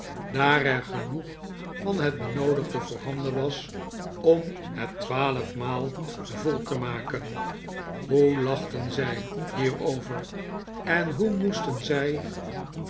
er genoeg van het benoodigde voorhanden was om het twaalf maal vol te maken hoe lachten zij hierover en hoe moesten zij